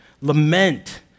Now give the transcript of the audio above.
lament